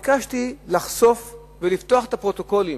וביקשתי לחשוף ולפתוח את הפרוטוקולים,